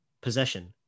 possession